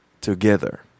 together